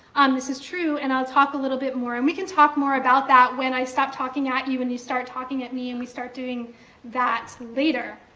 this is true, and i'll talk a little bit more, and we can talk more about that when i stop talking at you and you start talking at me, and we start doing that later.